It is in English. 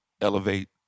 elevate